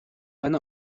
eine